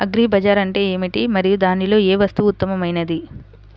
Agri bazaar అంటే ఏమిటి మరియు దానిలో ఏ వస్తువు ఉత్తమమైనది?